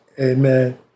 Amen